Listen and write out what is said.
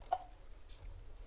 את